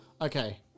Okay